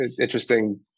interesting